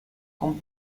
con